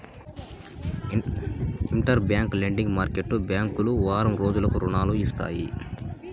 inter bank lending market బ్యాంకులు వారం రోజులకు రుణాలు ఇస్తాయి